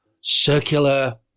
circular